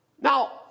Now